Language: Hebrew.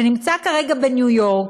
שנמצא כרגע בניו-יורק,